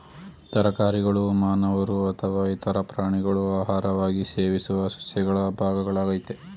ತರಕಾರಿಗಳು ಮಾನವರು ಅಥವಾ ಇತರ ಪ್ರಾಣಿಗಳು ಆಹಾರವಾಗಿ ಸೇವಿಸುವ ಸಸ್ಯಗಳ ಭಾಗಗಳಾಗಯ್ತೆ